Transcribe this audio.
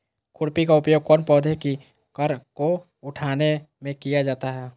खुरपी का उपयोग कौन पौधे की कर को उठाने में किया जाता है?